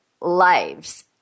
lives